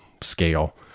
scale